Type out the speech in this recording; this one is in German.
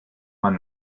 man